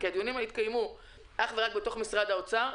הדיונים האלה התקיימו אך ורק בתוך משרד האוצר,